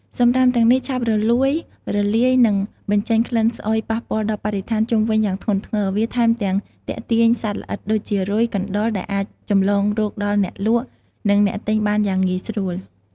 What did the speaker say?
សំរាមទាំងនេះឆាប់រលួយ រលាយ និងបញ្ចេញក្លិនស្អុយប៉ះពាល់ដល់បរិស្ថានជុំវិញយ៉ាងធ្ងន់ធ្ងរ វាថែមទាំងទាក់ទាញសត្វល្អិតដូចជារុយ កណ្ដុរ ដែលអាចចម្លងរោគដល់អ្នកលក់ និងអ្នកទិញបានយ៉ាងងាយស្រួល។